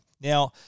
Now